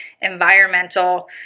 environmental